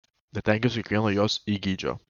netenkinsiu kiekvieno jos įgeidžio